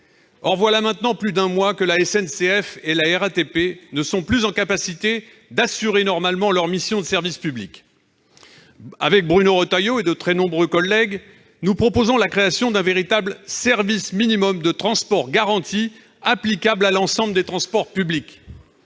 Or voilà maintenant plus d'un mois que la SNCF et la RATP ne sont plus en capacité d'assurer normalement leur mission de service public. Sur l'initiative de Bruno Retailleau et de très nombreux collègues, notre groupe propose la création d'un véritable service minimum de transport garanti, applicable à l'ensemble des transports publics.